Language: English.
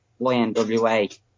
YNWA